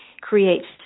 creates